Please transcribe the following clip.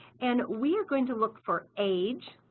and we are going to look for age